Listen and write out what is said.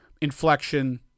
inflection